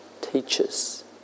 teachers